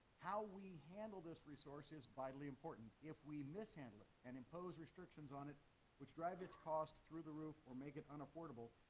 how we handle this resource is vitally important. if we mishandle it and impose restrictions on it which drive its costs through the roof or make it unaffordable,